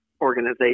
organization